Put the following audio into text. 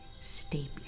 Stay